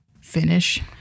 finish